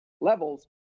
levels